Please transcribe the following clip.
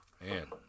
man